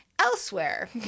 elsewhere